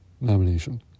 nomination